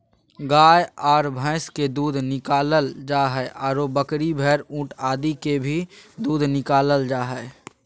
गाय आर भैंस के दूध निकालल जा हई, आरो बकरी, भेड़, ऊंट आदि के भी दूध निकालल जा हई